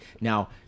Now